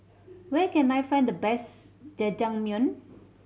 where can I find the best Jajangmyeon